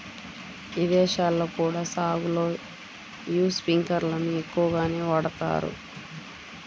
ఇదేశాల్లో కూడా సాగులో యీ స్పింకర్లను ఎక్కువగానే వాడతన్నారు